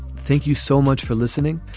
thank you so much for listening.